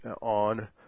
on